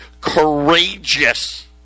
courageous